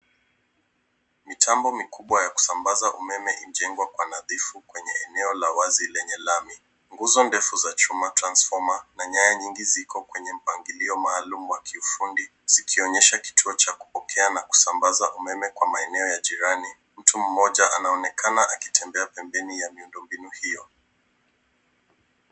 Mitambo mikubwa ya kusambaza umeme imejengwa kwa nadhifu kwenye eneo la wazi lenye lami. Nguzo ndefu za chuma transformer na nyaya nyingi ziko kwenye mpangilio maalum wa kiufundi zikionyesha kituo cha kupokea na kusambaza umeme kwa maeneo ya jirani. Mtu mmoja anaonekana akitembea pembeni ya miundo mbinu hio.